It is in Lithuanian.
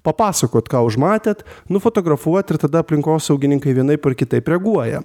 papasakot ką užmatėt nufotografuot ir tada aplinkosaugininkai vienaip ar kitaip reaguoja